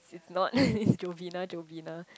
it's not it's Jovina Jovina